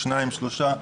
שניים או שלושה.